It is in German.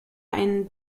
einen